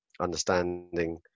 understanding